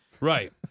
Right